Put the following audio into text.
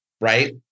right